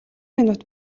минут